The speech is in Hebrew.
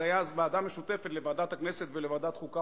היתה אז ועדה משותפת לוועדת הכנסת ולוועדת החוקה,